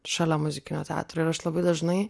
šalia muzikinio teatro ir aš labai dažnai